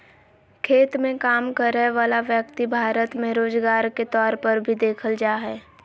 खेत मे काम करय वला व्यक्ति भारत मे रोजगार के तौर पर भी देखल जा हय